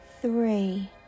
three